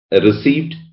received